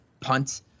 punt